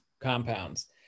compounds